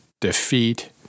defeat